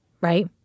Right